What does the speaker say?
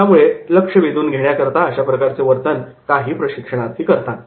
' त्यामुळे लक्ष वेधून घेण्याकरता अशा प्रकारचे वर्तन काही प्रशिक्षणार्थी करतात